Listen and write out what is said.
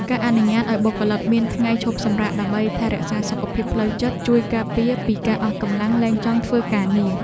ការអនុញ្ញាតឱ្យបុគ្គលិកមានថ្ងៃឈប់សម្រាកដើម្បីថែរក្សាសុខភាពផ្លូវចិត្ត ជួយការពារពីការអស់កម្លាំងលែងចង់ធ្វើការងារ។